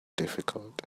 difficult